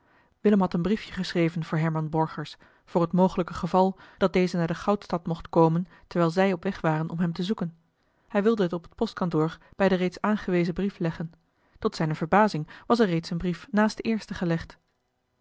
willem had een briefje geschreven voor herman borgers voor het mogelijke geval dat deze naar de goudstad mocht komen terwijl zij op weg waren om hem te zoeken hij wilde het op het postkantoor bij den reeds aangewezen brief leggen tot zijne verbazing was er reeds een brief naast den eersten gelegd